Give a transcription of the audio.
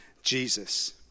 jesus